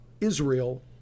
Israel